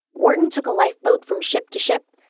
wharton took a lifeboat from ship to ship,